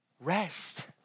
Rest